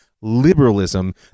liberalism